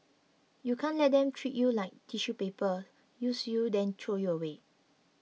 you can't let them treat you like tissue paper use you then throw you away